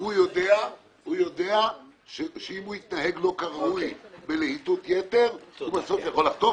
יודע שאם הוא יתנהג באופן לא ראוי ובלהיטות-יתר הוא בסוף יכול לחטוף.